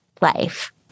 life